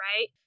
right